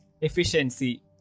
efficiency